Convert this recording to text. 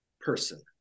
person